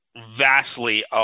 vastly